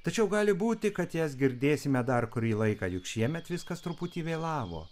tačiau gali būti kad jas girdėsime dar kurį laiką juk šiemet viskas truputį vėlavo